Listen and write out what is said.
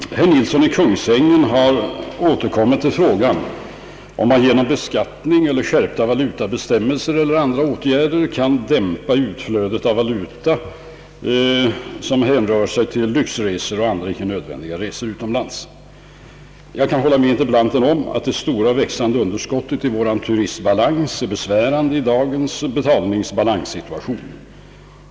Herr talman! Herr Nilsson i Kungsängen har i interpellation till mig återkommit till frågan om att genom beskattning, skärpta valutabestämmelser eller andra åtgärder dämpa det växande utflödet av valuta genom lyxresor eller andra icke nödvändiga resor utomlands. Jag håller med interpellanten om att det stora och växande underskottet på vår turistbalans är besvärande i dagens allmänna betalningsbalanssituation.